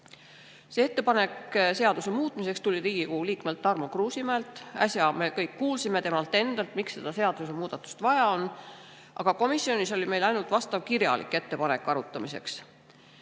Ettepanek seaduse muutmiseks tuli Riigikogu liikmelt Tarmo Kruusimäelt. Äsja me kõik kuulsime temalt endalt, miks seda seadusemuudatust vaja on, aga komisjonis oli meil arutamiseks ainult vastav kirjalik ettepanek. Arutlusel